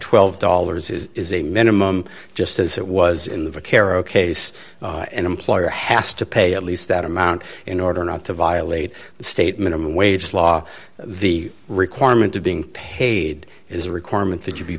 twelve dollars is a minimum just as it was in the kero case an employer has to pay at least that amount in order not to violate the state minimum wage law the requirement of being paid is a requirement that you be